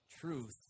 truth